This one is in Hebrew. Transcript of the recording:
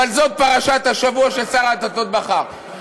אבל זאת פרשת השבוע ששר הדתות בחר.